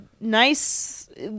nice